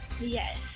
Yes